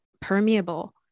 permeable